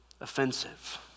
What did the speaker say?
offensive